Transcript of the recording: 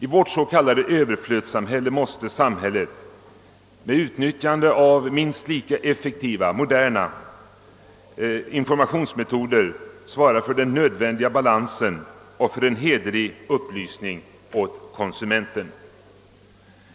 I vårt s.k. överflödssamhälle måste samhället med utnyttjande av minst lika effektiva och moderna informationsmetoder svara för den nödvändiga balansen och för en hederlig upplysning åt konsumenterna.